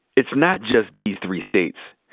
it's not just these three states.